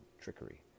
trickery